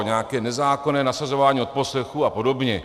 Nějaké nezákonné nasazování odposlechů apod.